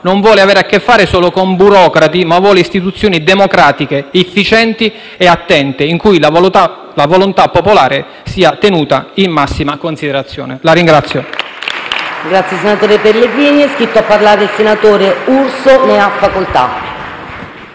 non vuole avere a che fare solo con burocrati, ma vuole istituzioni democratiche, efficienti e attente, in cui la volontà popolare sia tenuta in massima considerazione. *(Applausi